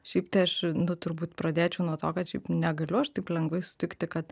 šiaip tai aš nu turbūt pradėčiau nuo to kad šiaip negaliu aš taip lengvai sutikti kad